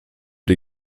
die